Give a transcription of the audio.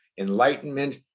Enlightenment